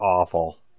awful